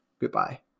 goodbye